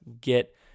get